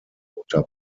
unter